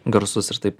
garsus ir taip